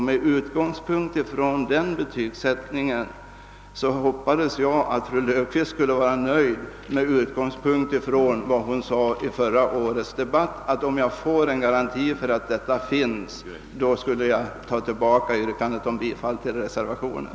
Med hänsyn till den betygsättningen hade jag hoppats att fru Löfqvist skulle vara nöjd, med utgångspunkt från vad hon sade i förra årets debatt, nämligen att om hon fick en sådan garanti skulle hon ta tillbaka sitt yrkande om bifall till reservationen.